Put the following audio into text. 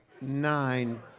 nine